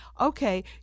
Okay